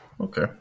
Okay